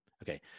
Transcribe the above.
Okay